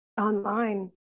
online